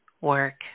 work